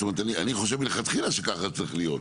ואני חושב שמלכתחילה ככה צריך להיות,